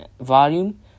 Volume